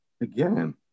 again